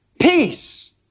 Peace